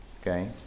Okay